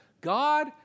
God